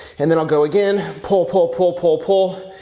and then i'll go again. pull, pull, pull, pull, pull.